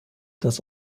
das